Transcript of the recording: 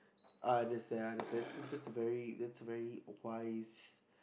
uh just that ah just that that's very advice